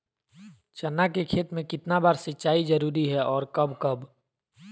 चना के खेत में कितना बार सिंचाई जरुरी है और कब कब?